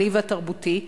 הכלכלי והתרבותי,